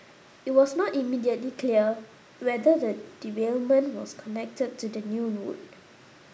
it was not immediately clear whether the derailment was connected to the new route